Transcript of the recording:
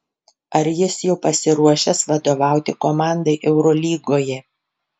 ar jis jau pasiruošęs vadovauti komandai eurolygoje